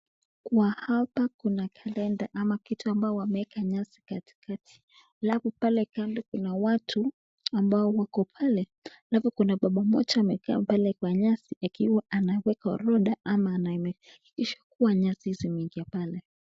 Kwa hapa kuna kalenda ama kitu ambayo wameweka nyasi katikati. Labda pale kando kuna watu ambao wako pale. Labda kuna baba mmoja amekaa pale kwa nyasi akiwa anaweka orodha ama anahakikisha kuwa nyasi zimeingia pale.